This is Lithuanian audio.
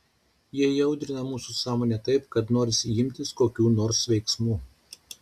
jie įaudrina mūsų sąmonę taip kad norisi imtis kokių nors veiksmų